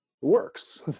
works